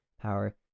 power